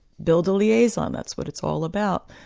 build a liaison that's what it's all about.